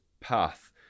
path